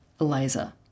Eliza